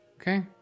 Okay